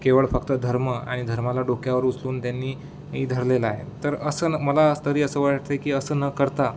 केवळ फक्त धर्म आणि धर्माला डोक्यावर उचलून त्यांनी धरलेलं आहे तर असं न मला तरी असं वाटतं की असं न करता